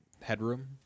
headroom